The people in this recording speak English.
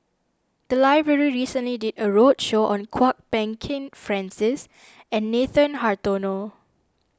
the library recently did a roadshow on Kwok Peng Kin Francis and Nathan Hartono